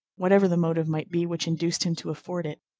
whatever the motive might be which induced him to afford it.